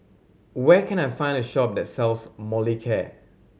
where can I find a shop that sells Molicare